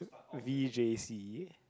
v_j_c